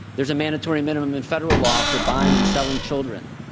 there's a mandatory minimum in federal law for buying and selling children.